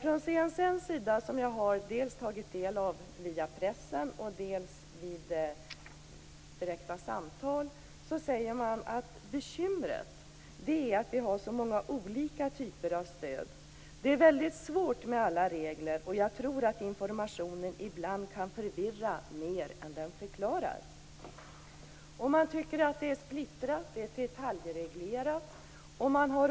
På CSN - vars synpunkter jag tagit del av dels via pressen, dels vid direkta samtal - säger man att bekymret är att vi har så många olika typer av stöd. Det är väldigt svårt med alla regler. Jag tror också att informationen ibland kan förvirra mer än den förklarar. Man tycker vidare att det är splittrat och detaljreglerat.